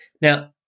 Now